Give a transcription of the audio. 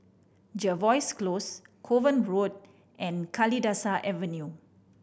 Jervois Close Kovan Road and Kalidasa Avenue